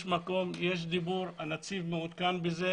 יש דיבור והנציב מעודכן בזה.